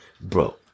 bro